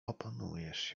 opanujesz